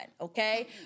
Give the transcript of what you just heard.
okay